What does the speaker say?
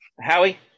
Howie